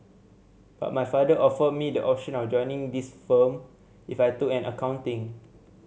but my father offered me the option of joining this firm if I took on accounting